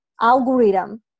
algorithm